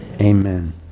amen